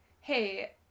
hey